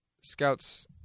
scouts